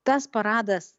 tas paradas